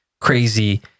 crazy